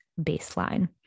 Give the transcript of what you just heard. baseline